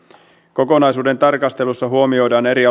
kokonaisuuden tarkastelussa huomioidaan eri